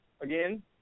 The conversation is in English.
again